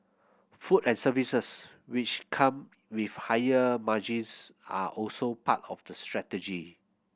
food and services which come with higher margins are also part of the strategy